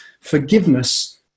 forgiveness